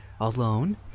alone